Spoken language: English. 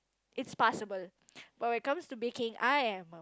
it's passable but when it comes to baking I am a